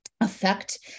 affect